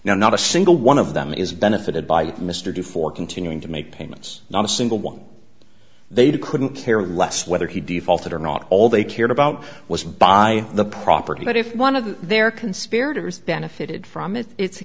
now not a single one of them is benefited by mr due for continuing to make payments not a single one they'd couldn't care less whether he defaulted or not all they cared about was buy the property but if one of their conspirators benefited from it it's a